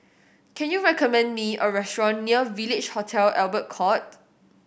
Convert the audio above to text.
can you recommend me a restaurant near Village Hotel Albert Court